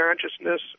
consciousness